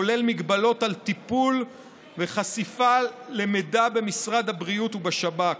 כולל מגבלות על טיפול וחשיפה למידע במשרד הבריאות ובשב"כ,